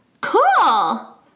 Cool